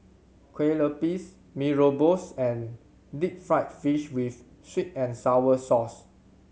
kue lupis Mee Rebus and deep fried fish with sweet and sour sauce